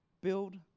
build